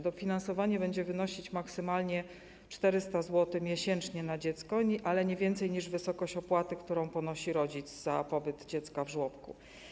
Dofinansowanie będzie wynosić maksymalnie 400 zł miesięcznie na dziecko, ale nie więcej niż wysokość opłaty, którą ponosi rodzic za pobyt dziecka w żłobku.